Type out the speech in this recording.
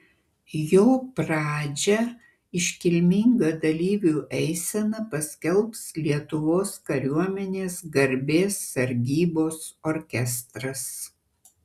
jo pradžią iškilminga dalyvių eisena paskelbs lietuvos kariuomenės garbės sargybos orkestras